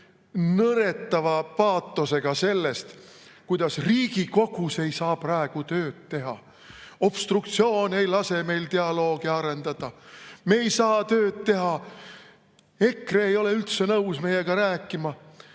nõretava paatosega sellest, kuidas Riigikogus ei saa praegu tööd teha. "Obstruktsioon ei lase meil dialoogi arendada, me ei saa tööd teha! EKRE ei ole üldse nõus meiega rääkima.